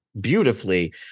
beautifully